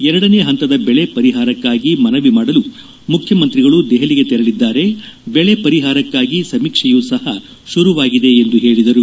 ಎರಡನೇ ಹಂತದ ಬೆಳೆ ಪರಿಹಾರಕ್ಕಾಗಿ ಮನವಿ ಮಾಡಲು ಮುಖ್ಯಮಂತ್ರಿಗಳು ದೆಹಲಿಗೆ ತೆರಳಿದ್ದಾರೆ ಬೆಳೆ ಪರಿಹಾರಕ್ನಾಗಿ ಸಮೀಕ್ಷೆಯು ಸಹ ಶುರುವಾಗಿದೆ ಎಂದರು